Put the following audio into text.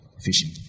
fishing